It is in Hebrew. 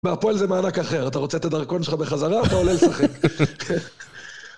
מהפועל זה מענק אחר, אתה רוצה את הדרכון שלך בחזרה, אתה עולה לשחק.